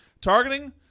Targeting